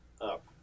Up